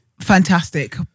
fantastic